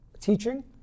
teaching